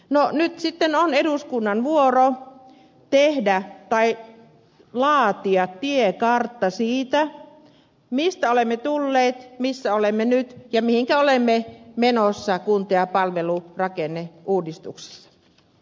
no nyt sitten on eduskunnan vuoro laatia tiekartta siitä mistä olemme tulleet missä olemme nyt ja mihinkä olemme menossa kunta ja palvelurakenneuudistuksessa